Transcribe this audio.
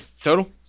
Total